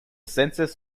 census